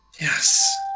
yes